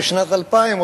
בשנת 2000,